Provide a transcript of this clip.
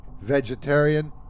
vegetarian